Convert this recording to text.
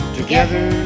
together